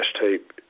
tape